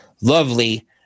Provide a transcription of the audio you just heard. lovely